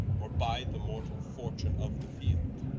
or bide the mortall fortune of the field